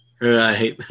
Right